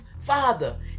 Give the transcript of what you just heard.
Father